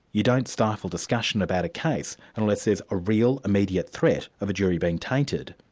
you don't stifle discussion about a case unless there's a real immediate threat of a jury being tainted.